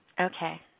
Okay